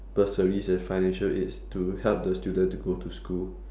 bursary and financial aids to help the student to go to school